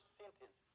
sentence